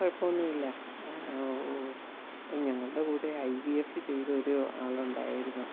കുഴപ്പമൊന്നുമില്ല ഓഹ് ഞങ്ങളുടെ കൂടെ ഐ വി എഫ് ചെയ്തൊരു ആളുണ്ടായിരുന്നു